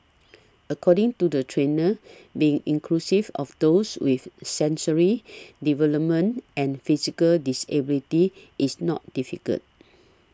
according to the trainers being inclusive of those with sensory development and physical disabilities is not difficult